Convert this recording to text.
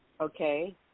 okay